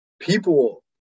People